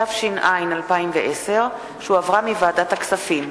התש"ע 2010, שהחזירה ועדת הכספים.